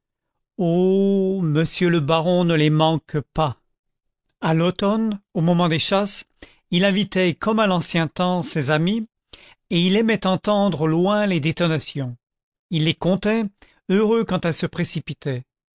monsieur le baron ne les manque pas a l'automne au moment des chasses il invitait comme à l'ancien temps ses amis et il aimait entendre au loin les détonations il les comptait heureux quand elles se précipitaient